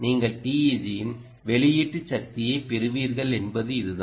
நீங்கள் TEG இன் வெளியீட்டு சக்தியைப் பெறுவீர்கள் என்பது இதுதான்